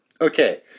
Okay